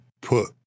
put